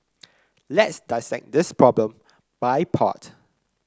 let's dissect this problem by part